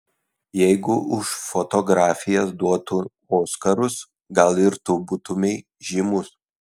jeigu už fotografijas duotų oskarus gal ir tu būtumei žymus